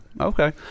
okay